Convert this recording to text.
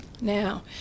Now